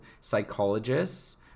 psychologists